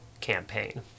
campaign